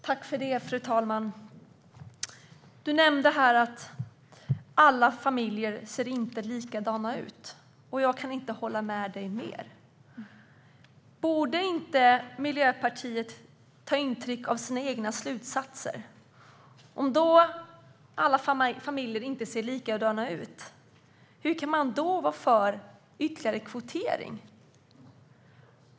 Fru talman! Annika Hirvonen Falk nämnde att alla familjer inte ser likadana ut, och jag kan inte hålla med henne mer. Borde inte Miljöpartiet ta intryck av sina egna slutsatser? Om alla familjer inte ser likadana ut, hur kan man då vara för ytterligare kvotering?